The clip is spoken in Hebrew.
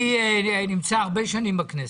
אני נמצא הרבה שנים בכנסת.